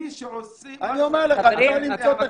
מי שעושה --- אני אומר לך שאפשר למצוא.